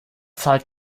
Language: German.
zahlt